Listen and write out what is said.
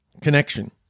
connection